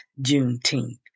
Juneteenth